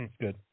good